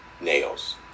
nails